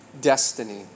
destiny